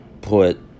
put